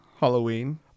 Halloween